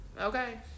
Okay